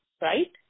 right